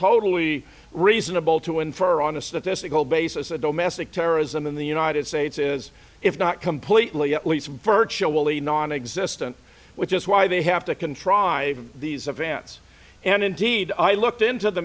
totally reasonable to infer on a statistical basis a domestic terrorism in the united states is if not completely at least virtually nonexistent which is why they have to contrive these events and indeed i looked into the